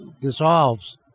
dissolves